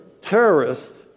terrorists